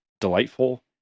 delightful